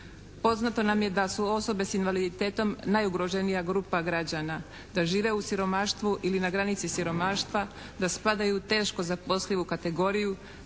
Poznato nam je da su osobe s invaliditetom najugroženija grupa građana, da žive u siromaštvu ili na granici siromaštva, da spadaju u teško zaposlivu kategoriju,